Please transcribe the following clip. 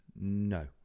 No